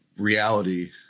reality